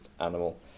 animal